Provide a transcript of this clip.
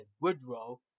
Woodrow